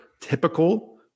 typical